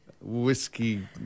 whiskey